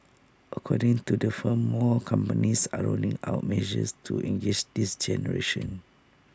according to the firm more companies are rolling out measures to engage this generation